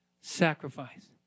sacrifice